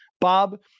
Bob